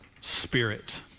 Spirit